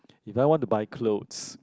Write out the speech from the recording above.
you know if I want to buy clothes